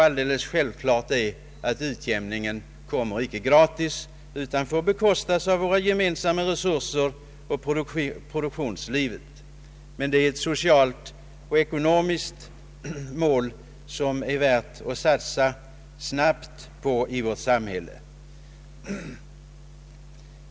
Alldeles självklart är att utjämningen inte kommer gratis. Den får bekostas med våra gemensamma resurser och av produktionslivet. Men det är ett socialt och ekonomiskt mål som det är värt att satsa snabbt på i vårt samhälle.